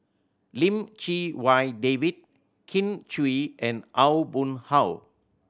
Lim Chee Wai David Kin Chui and Aw Boon Haw